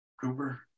Cooper